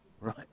right